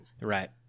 right